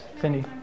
Cindy